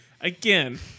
Again